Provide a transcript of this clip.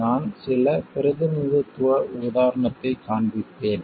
நான் சில பிரதிநிதித்துவ உதாரணத்தைக் காண்பிப்பேன்